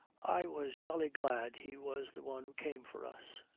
i was jolly glad he was the one who came for us.